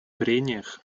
прениях